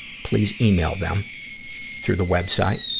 please email them through the web site,